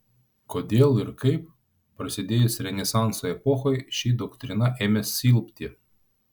kodėl ir kaip prasidėjus renesanso epochai ši doktrina ėmė silpti